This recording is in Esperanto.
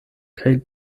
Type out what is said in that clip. kaj